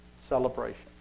celebration